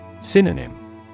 Synonym